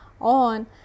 on